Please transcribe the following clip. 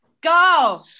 go